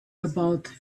about